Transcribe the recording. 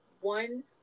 one